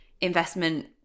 investment